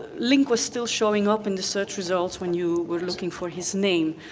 link was still showing up in the search results when you were looking for his name.